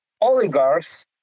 oligarchs